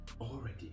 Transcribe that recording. already